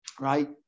right